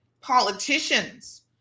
politicians